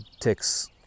ticks